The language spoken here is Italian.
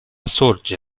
sorge